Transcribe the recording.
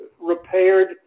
repaired